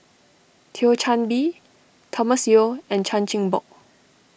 Thio Chan Bee Thomas Yeo and Chan Chin Bock